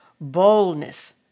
boldness